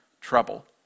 trouble